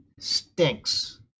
stinks